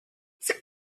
sie